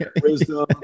wisdom